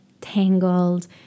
tangled